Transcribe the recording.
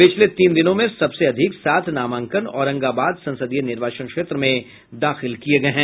पिछले तीन दिनों में सबसे अधिक सात नामांकन औरंगाबाद संसदीय निर्वाचन क्षेत्र में दाखिल किये गये हैं